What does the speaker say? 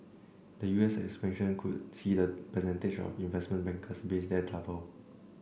the U S expansion could see the percentage of investment bankers based there double